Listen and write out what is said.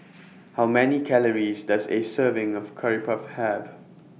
How Many Calories Does A Serving of Curry Puff Have